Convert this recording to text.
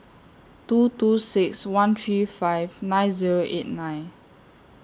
two two six one three five nine Zero eight nine